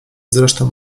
zresztą